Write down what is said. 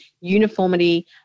uniformity